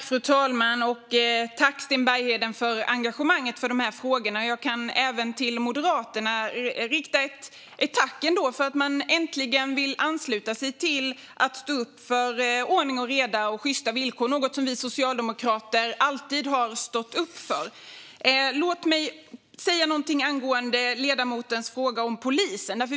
Fru talman! Tack, Sten Bergheden, för engagemanget i de här frågorna! Jag kan även till Moderaterna rikta ett tack för att man äntligen vill ansluta sig till att stå upp för ordning och reda och sjysta villkor, vilket är något som vi socialdemokrater alltid har gjort. Låt mig säga någonting angående ledamotens fråga om polisen.